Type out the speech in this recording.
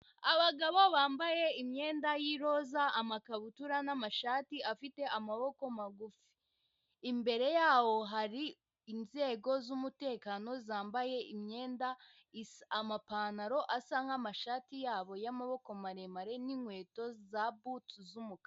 Abagabo bambaye imyenda y'iroza amakabutura n'amashati afite amaboko magufi, imbere yaho hari inzego z'umutekano zambaye imyenda amapantaro asa nk'amashati yabo y'amaboko maremare n'inkweto za butu z'umukara.